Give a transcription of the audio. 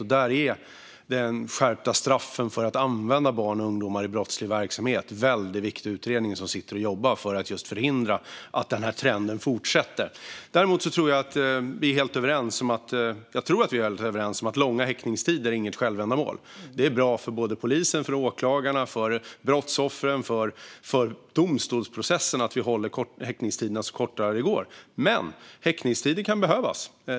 Då är skärpta straff för att använda barn och ungdomar i brottslig verksamhet mycket viktiga. Den tillsatta utredningen jobbar med förslag för att just förhindra att denna trend fortsätter. Jag tror att vi är helt överens om att långa häktningstider inte är något självändamål. Det är bra för polisen, åklagarna, brottsoffren och domstolsprocessen att häktningstiderna är så korta som det går. Men häktningstider kan behövas.